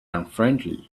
unfriendly